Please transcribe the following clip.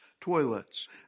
toilets